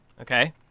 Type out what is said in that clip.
Okay